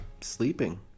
sleeping